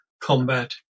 combat